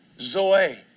zoe